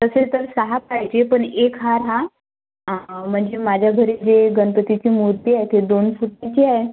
तसे तर सहा पाहिजे पण एक हार हा म्हणजे माझ्या घरी जे गणपतीची मूर्ती आहे ते दोन फूटाची आहे